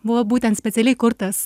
buvo būtent specialiai kurtas